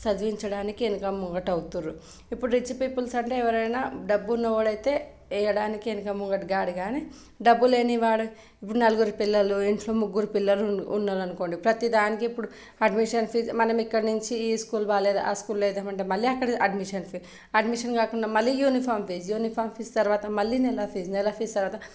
చదివించడానికి వెనుక ముంగట అవుతుర్రు ఇప్పుడు రిచ్ పీపుల్స్ అంటే ఎవరైనా డబ్బు ఉన్న వాడు అయితే వేయడానికి వెనుక ముంగట కాడు కానీ డబ్బులు లేని వాడు ఇప్పుడు నలుగురు పిల్లలు ఇంట్లో ముగ్గురు పిల్లలు ఉన్నారు అనుకోండి ప్రతిదానికి ఇప్పుడు అడ్మిషన్ ఫీజ్ మనం ఇక్కడి నుంచి ఈ స్కూల్ బాలేదు ఆ స్కూల్ లో వేద్దామంటే మళ్ళీ అక్కడ అడ్మిషన్ ఫీ అడ్మిషన్ కాకుండా మళ్ళీ యూనిఫామ్ ఫీజు యూనిఫామ్ ఫీజు తర్వాత మళ్ళీ నెల ఫీజ్ నెల ఫీజ్ తర్వాత